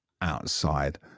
outside